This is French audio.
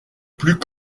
plus